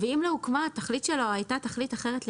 התכלית של "ואם לא הוקמה" הייתה תכלית אחרת לגמרי.